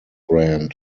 german